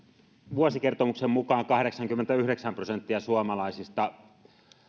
vuosikertomuksen mukaan kahdeksankymmentäyhdeksän prosenttia suomalaisista